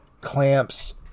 clamp's